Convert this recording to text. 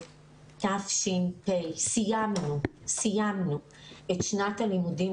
תש"פ סיימנו את שנת הלימודים